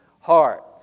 heart